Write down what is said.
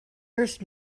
earth